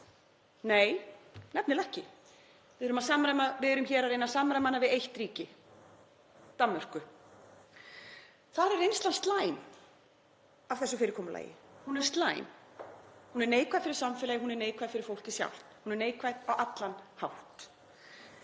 nei, nefnilega ekki. Við erum hér að reyna að samræma hana við eitt ríki, Danmörku. Þar er reynslan slæm af þessu fyrirkomulagi. Hún er slæm. Hún er neikvæð fyrir samfélagið. Hún er neikvæð fyrir fólkið sjálft. Hún er neikvæð á allan hátt,